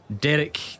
Derek